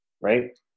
right